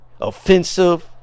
offensive